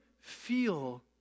feel